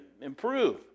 improve